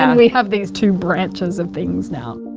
um we have these two branches of things now.